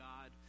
God